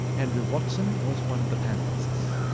andrew watson was one of the panellists.